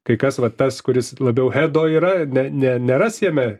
kai kas vat tas kuris labiau hedo yra ne ne neras jame